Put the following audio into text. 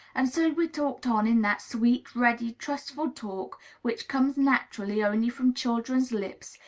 and so we talked on in that sweet, ready, trustful talk which comes naturally only from children's lips,